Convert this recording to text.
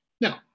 now